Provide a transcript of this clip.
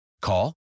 Call